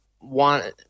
want